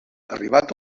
arribat